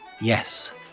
Yes